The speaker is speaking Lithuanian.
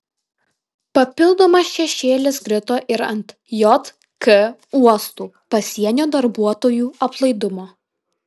papildomas šešėlis krito ir ant jk uostų pasienio darbuotojų aplaidumo